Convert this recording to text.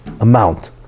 amount